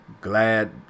glad